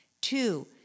Two